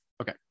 Okay